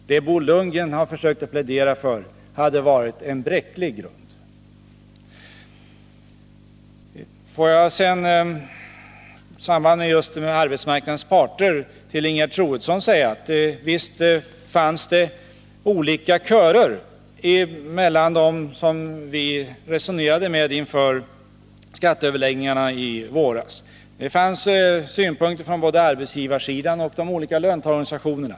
Det Bo Lundgren har försökt plädera för hade varit en bräcklig grund. I samband med att jag nämner arbetsmarknadens parter vill jag till Ingegerd Troedsson säga följande: Visst fanns det olika körer bland dem som vi resonerade med inför skatteöverläggningarna i våras. Det fanns synpunkter från både arbetsgivarsidan och de olika löntagarorganisationerna.